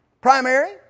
Primary